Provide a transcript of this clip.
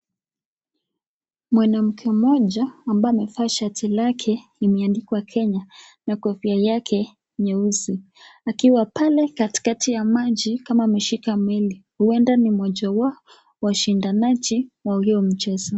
Mwanamke mmoja ambaye amevaa shati lake imeandikwa Kenya na kofia yake nyeusi, akiwa pale katikati ya maji kama ameshika meli .Huenda ni mmoja wa washindanaji wa hiyo mchezo.